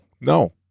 no